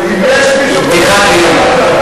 בדיחת היום.